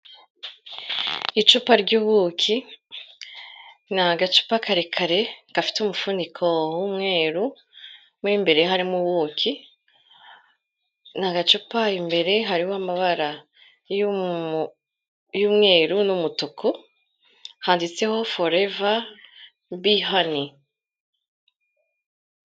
Icupa ry'ubuki, ni agacupa karekare gafite umufuniko w'umweru, mo imbere harimo ubuki, ni agacupa imbere hariho amabara y'umweru n'umutuku, handitseho Forever Bee Honey.